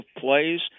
plays